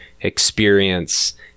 experience